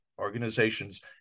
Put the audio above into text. organizations